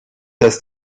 dass